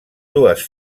dues